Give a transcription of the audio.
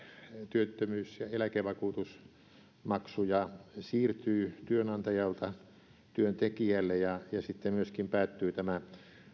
työttömyys ja eläkevakuutusmaksuja siirtyy työnantajalta työntekijälle ja ja sitten myöskin päättyy tämä